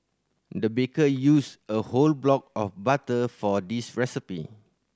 the baker used a whole block of butter for this recipe